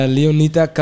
Leonita